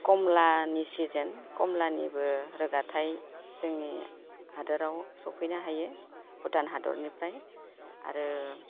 कमलानि सिजोन कमलानिबो रोगाथाय जोंनि हादराव सौफैनो हायो भुटान हादरनिफ्राय आरो